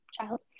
child